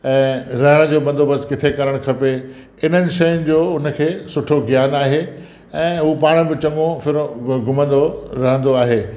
ऐं रहण जो बंदोबस्त किथे करण खपे इन्हनि शयुनि जो उन खे सुठो ज्ञान आहे ऐं उहो पाण बि चङो फिरंदो घुमंदो फिरंदो आहे